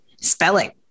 Spelling